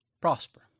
prosper